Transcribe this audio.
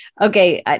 Okay